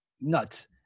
Nuts